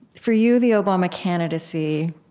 for you the obama candidacy,